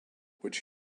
which